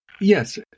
Yes